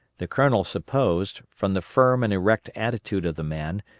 the colonel supposed, from the firm and erect attitude of the man,